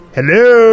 Hello